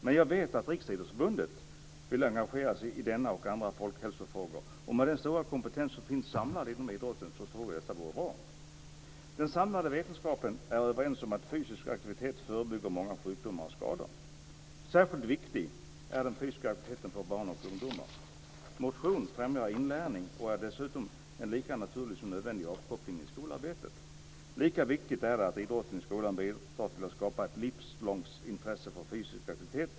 Men jag vet att Riksidrottsförbundet vill engagera sig i denna och andra folkhälsofrågor, och med den stora kompetens som finns samlad inom idrotten tror jag att det vore bra. Den samlade vetenskapen är överens om att fysisk aktivitet förebygger många sjukdomar och skador. Särskilt viktig är den fysiska aktiviteten för barn och ungdomar. Motion främjar inlärning och är dessutom en lika naturlig som nödvändig avkoppling i skolarbetet. Lika viktigt är att idrotten i skolan bidrar till att skapa ett livslångt intresse för fysisk aktivitet.